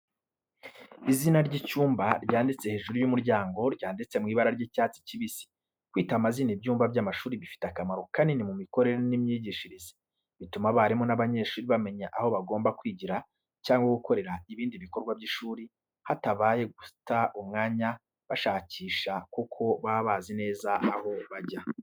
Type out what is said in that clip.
Izina ry’icyumba ryanditse hejuru y’umuryango ryanditse mu ibara ry’icyatsi kibisi. Kwita amazina ibyumba by’amashuri bifite akamaro kanini mu mikorere n’imyigishirize, bituma abarimu n’abanyeshuri bamenya aho bagomba kwigira cyangwa gukorera ibindi bikorwa by’ishuri, hatabaye guta umwanya bashakisha kuko baba bazi neza aho bajya.